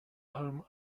home